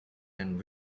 and